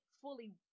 fully